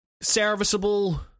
serviceable